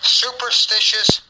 superstitious